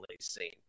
seen